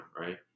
right